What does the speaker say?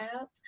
Out